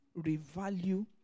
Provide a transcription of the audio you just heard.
revalue